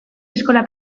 eskola